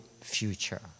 future